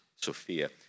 Sophia